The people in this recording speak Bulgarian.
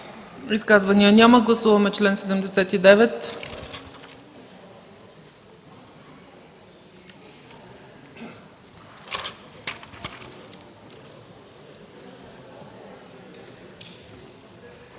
Изказвания? Няма. Гласуваме чл. 86.